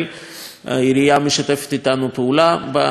העירייה משתפת אתנו פעולה בהקשר הזה,